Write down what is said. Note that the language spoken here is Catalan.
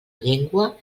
llengua